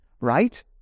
right